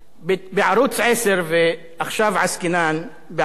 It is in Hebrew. בערוץ-10, ועכשיו עסקינן בערוץ-10, יש תוכניות